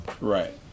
Right